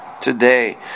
today